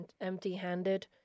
empty-handed